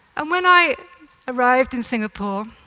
and when i arrived in singapore,